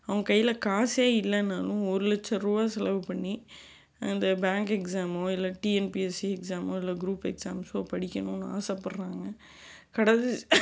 அவங்க கையில் காசே இல்லைனாலும் ஒரு லட்சம் ரூபா செலவு பண்ணி அந்த பேங்க் எக்ஸாமோ இல்லை டிஎன்பிஎஸ்சி எக்ஸாமோ இல்லை குரூப் எக்ஸாம்ஸோ படிக்கணும் ஆசைப்படுறாங்க கடைசி